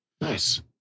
Nice